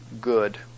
good